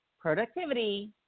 productivity